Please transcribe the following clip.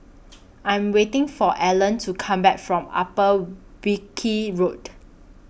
I'm waiting For Alan to Come Back from Upper Wilkie Road